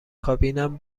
کابینم